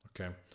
okay